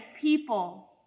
people